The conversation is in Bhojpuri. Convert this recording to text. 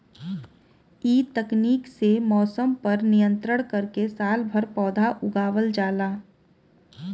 इ तकनीक से मौसम पर नियंत्रण करके सालभर पौधा उगावल जाला